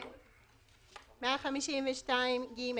(יג)152(ג).